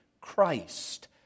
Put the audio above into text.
Christ